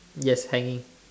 yes hanging